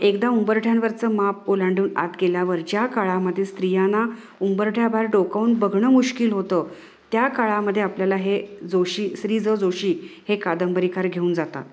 एकदा उंबरठ्यांवरचं माप ओलांडून आत गेल्यावर ज्या काळामध्ये स्त्रियांना उंबरठ्याबाहेर डोकवून बघणं मुश्किल होतं त्या काळामध्ये आपल्याला हे जोशी श्री ज जोशी हे कादंबरिकार घेऊन जातात